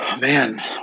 man